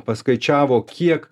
paskaičiavo kiek